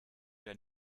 der